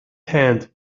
hand